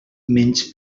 menys